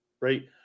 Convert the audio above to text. right